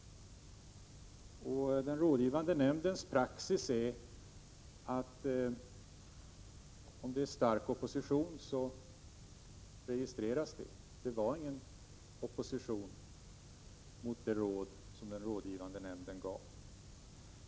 Den rådgivande nämndens praxis är att registrera när det förekommer en stark opposition. Det förekom ingen opposition mot det råd som den rådgivande nämnden gav.